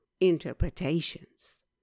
interpretations